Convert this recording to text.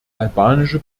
albanische